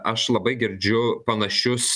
aš labai girdžiu panašius